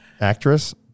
Actress